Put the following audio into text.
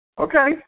Okay